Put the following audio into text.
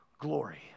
glory